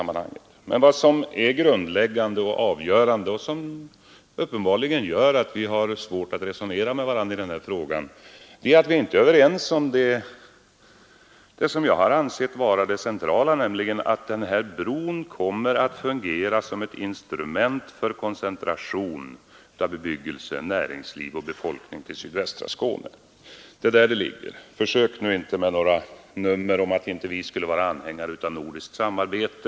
Men vad som är grundläggande, och som uppenbarligen gör att vi har svårt att resonera med varann i den här frågan, är att vi inte är överens om att bron kommer att fungera som ett instrument för koncentration av bebyggelse, näringsliv och befolkning till sydvästra Skåne. Det är där problemet ligger. Försök inte med några nummer om att inte vi skulle vara anhängare av nordiskt samarbete.